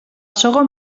segon